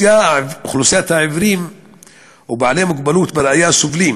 העיוורים והמוגבלים בראייה סובלים